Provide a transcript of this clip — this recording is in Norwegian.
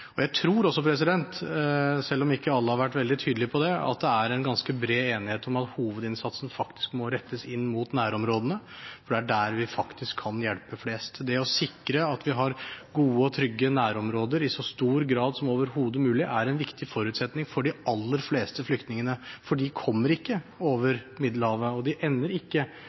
Jeg tror også, selv om ikke alle har vært veldig tydelige på det, at det er ganske bred enighet om at hovedinnsatsen må rettes inn mot nærområdene, for det er der vi faktisk kan hjelpe flest. Det å sikre at vi i så stor grad som overhodet mulig har gode og trygge nærområder er en viktig forutsetning for de aller fleste flyktningene, for de kommer ikke over Middelhavet, og de ender ikke